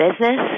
business